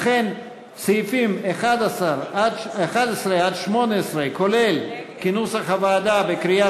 לכן, סעיפים 11 18, כולל, כנוסח הוועדה, בקריאה